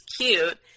cute